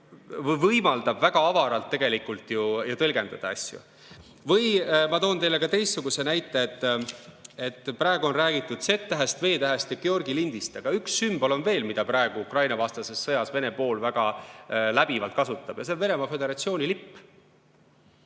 mis võimaldab väga avaralt asju tõlgendada. Ma toon teile ka teistsuguse näite. Praegu on räägitud Z-tähest, V-tähest ja Georgi lindist, aga üks sümbol on veel, mida praegu Ukraina-vastases sõjas Vene pool väga läbivalt kasutab. See on Venemaa Föderatsiooni lipp.